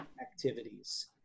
activities